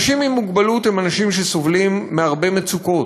אנשים עם מוגבלות הם אנשים שסובלים מהרבה מצוקות.